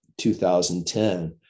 2010